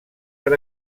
per